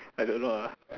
I don't know ah